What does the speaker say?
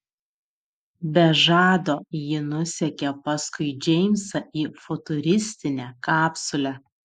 be žado ji nusekė paskui džeimsą į futuristinę kapsulę